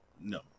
No